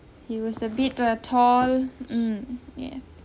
he was a bit uh tall um yeah